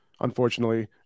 unfortunately